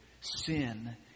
sin